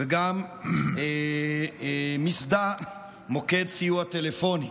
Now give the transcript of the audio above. וגם מיסדה מוקד סיוע טלפוני.